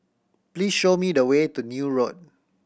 please show me the way to Neil Road